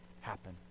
happen